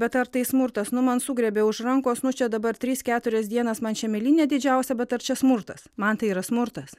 bet ar tai smurtas nu man sugriebė už rankos nu čia dabar tris keturias dienas man čia mėlynė didžiausia bet ar čia smurtas man tai yra smurtas